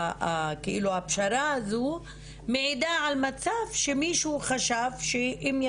כאילו הפשרה הזו מעידה על מצב שבו מישהו חשב שאם הוא